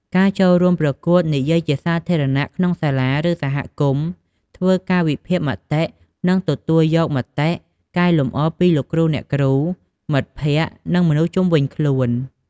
ការចូលរួមប្រកួតនិយាយជាសាធារណៈក្នុងសាលា ឬសហគមន៍ ធ្វើការវិភាគមតិ និងទទួលយកមតិកែលម្អពីលោកគ្រូអ្នកគ្រូ មិត្តភក្តិ និងមនុស្សជុំវិញខ្លួន។